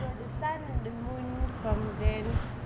the sun and the moon condemn